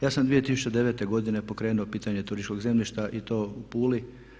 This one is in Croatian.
Ja sam 2009. godine pokrenuo pitanje turističkog zemljišta i to u Puli.